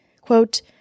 Quote